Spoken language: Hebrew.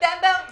ספטמבר וינואר.